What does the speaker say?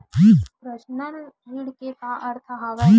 Personal ऋण के का अर्थ हवय?